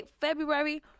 February